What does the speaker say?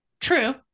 True